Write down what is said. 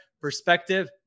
perspective